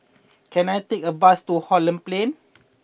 can I take a bus to Holland Plain